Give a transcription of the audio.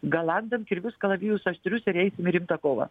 galandam kirvius kalavijus aštrius ir eisim rimtą kovą